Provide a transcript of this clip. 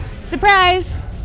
Surprise